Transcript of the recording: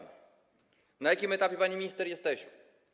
Na jakim etapie, pani minister, jesteśmy?